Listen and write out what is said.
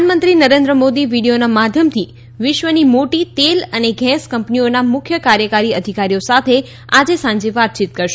પ્રધાનમંત્રી નરેન્દ્ર મોદી વીડીયોના માધ્યમથી વિશ્વની મોટી તેલ અને ગેસ કંપનીઓના મુખ્ય કાર્યકારી અધિકારીઓ સાથે આજે સાંજે વાતચીત કરશે